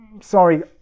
sorry